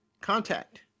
contact